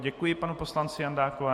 Děkuji panu poslanci Jandákovi.